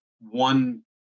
one